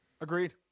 agreed